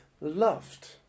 loved